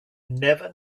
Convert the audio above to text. never